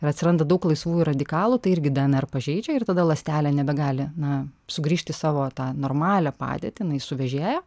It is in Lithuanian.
ir atsiranda daug laisvųjų radikalų tai irgi dnr pažeidžia ir tada ląstelė nebegali na sugrįžti į savo tą normalią padėtį jinai suvėžėja